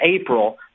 April